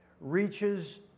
reaches